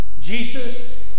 Jesus